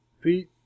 feet